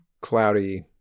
cloudy